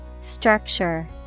Structure